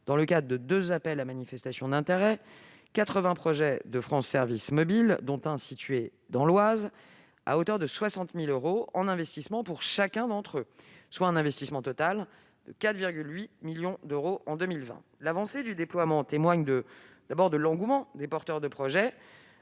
dans le cadre de deux appels à manifestation d'intérêt, 80 projets de France Services mobiles, dont un situé dans l'Oise, à hauteur de 60 000 euros en investissement pour chacun d'entre eux, soit un investissement total de 4,8 millions d'euros en 2020. L'avancée du déploiement témoigne d'abord de l'engouement des porteurs de projets